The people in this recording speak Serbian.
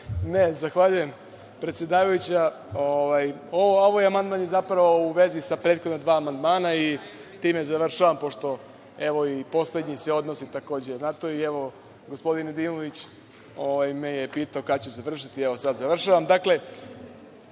Zahvaljujem, predsedavajuća. Ovaj amandman je zapravo u vezi sa prethodna dva amandmana i time završavam, pošto i poslednji se odnosi takođe na to, a evo i gospodin Nedimović me je pitao kada ću završiti. Evo, sada završavam. Dakle,